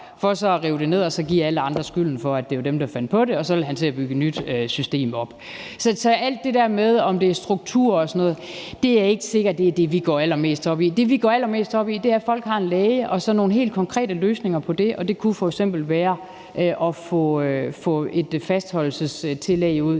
for så at rive det ned og så give alle andre skylden og sige, at det var dem, der fandt på det, og så vil han til at bygge et nyt system op. Så alt det der med, om det er struktur og sådan noget, er ikke sikkert er det, vi går allermest op i. Det, vi går allermest op i, er, at folk har en læge, og at finde nogle helt konkrete løsninger på det. Det kunne f.eks. være at få et fastholdelsestillæg i